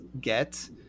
get